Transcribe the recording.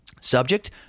Subject